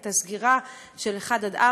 את הסגירה של 1 4,